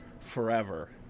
forever